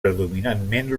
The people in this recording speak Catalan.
predominantment